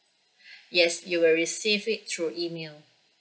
yes you will receive it through email